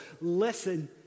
Listen